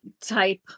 type